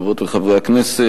חברות וחברי הכנסת,